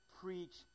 preach